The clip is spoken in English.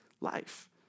life